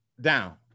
down